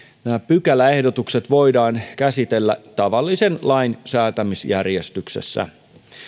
pykäläehdotukset voidaan käsitellä tavallisen lain säätämisjärjestyksessä